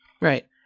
Right